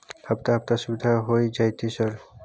हफ्ता हफ्ता सुविधा होय जयते सर?